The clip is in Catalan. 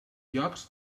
llocs